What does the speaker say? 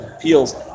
peels